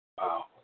Wow